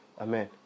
Amen